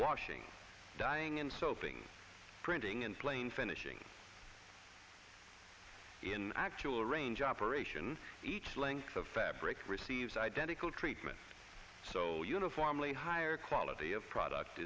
washing dying and soaping printing and plane finishing in actual range operation each length of fabric receives identical treatment so uniformly higher quality of product